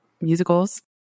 musicals